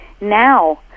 Now